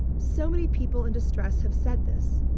so many people in distress have said this,